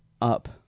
up